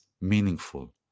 Meaningful